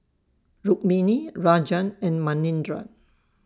Rukmini Rajan and Manindra